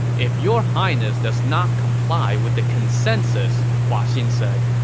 if your highness does not comply with the consensus, hua xin said,